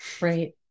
Right